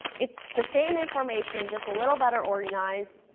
it's the same information, just a little better organized.